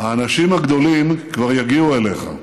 האנשים הגדולים כבר יגיעו אליך,